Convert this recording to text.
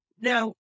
Now